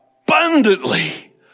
abundantly